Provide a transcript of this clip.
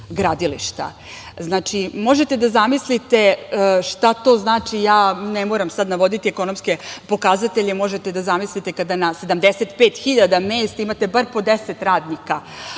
Možete da zamislite šta to znači. Ne moram ja sad navoditi ekonomske pokazatelje. Možete da zamislite kada na 75.000 mesta imate bar po 10 radnika.